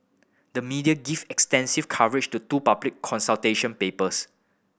the media give extensive coverage to two public consultation papers